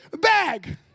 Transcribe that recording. bag